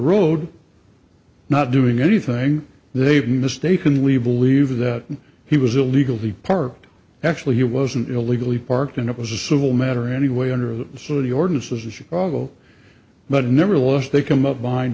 road not doing anything they mistakenly believe that he was illegally parked actually he wasn't illegally parked and it was a civil matter anyway under the city ordinances in chicago but nevertheless they came up behind